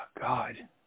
God